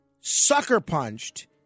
sucker-punched